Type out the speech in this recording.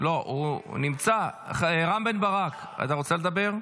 אתה רוצה לדבר?